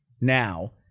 now